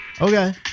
Okay